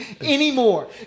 anymore